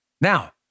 Now